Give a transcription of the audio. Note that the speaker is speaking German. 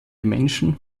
menschen